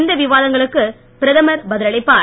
இந்த விவாதங்களுக்கு பிரதமர் பதில் அளிப்பார்